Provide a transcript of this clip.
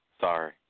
Sorry